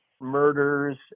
murders